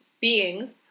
beings